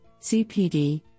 CPD